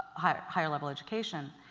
higher higher level education.